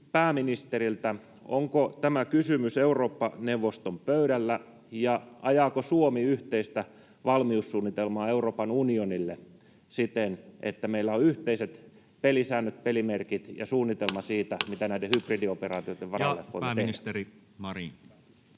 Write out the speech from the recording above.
pääministeriltä: Onko tämä kysymys Eurooppa-neuvoston pöydällä, ja ajaako Suomi yhteistä valmiussuunnitelmaa Euroopan unionille siten, että meillä on yhteiset pelisäännöt, pelimerkit ja suunnitelma siitä, mitä näiden hybridioperaatioitten varalle voidaan tehdä? [Speech 41]